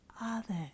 others